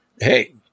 hey